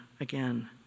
again